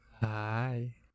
Hi